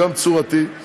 גם צורתי,